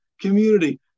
community